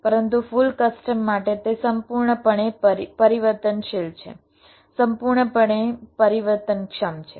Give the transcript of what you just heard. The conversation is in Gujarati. પરંતુ ફુલ કસ્ટમ માટે તે સંપૂર્ણપણે પરિવર્તનશીલ છે સંપૂર્ણપણે પરિવર્તનક્ષમ છે